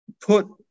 put